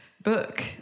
Book